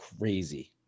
crazy